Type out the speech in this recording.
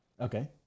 Okay